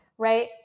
Right